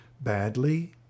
badly